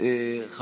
120 מילים.